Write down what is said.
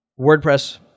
WordPress